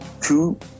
two